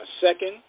Second